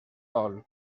dol